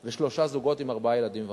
יש שלושה זוגות עם ארבעה ילדים ומעלה.